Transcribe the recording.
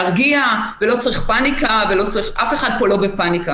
ולהרגיע, ולא צריך פאניקה אף אחד פה לא בפאניקה.